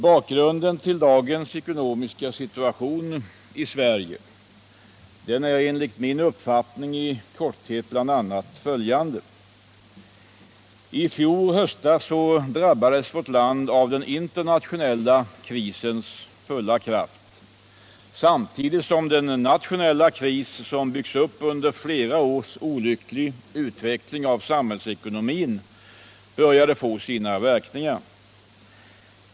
Bakgrunden till dagens ekonomiska situation i Sverige är enligt min uppfattning i korthet bl.a. följande. I fjol höst drabbades vårt land av den internationella krisens fulla kraft, samtidigt som den nationella kris som byggts upp under flera års olycklig utveckling av samhällsekonomin började få sina verkningar.